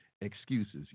excuses